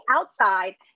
outside